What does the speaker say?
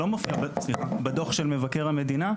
שלא מופיע בדוח של מבקר המדינה,